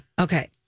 Okay